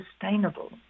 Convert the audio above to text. sustainable